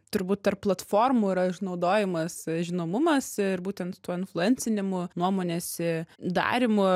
turbūt tarp platformų yra išnaudojamas žinomumas ir būtent tuo influencinimu nuomonės darymu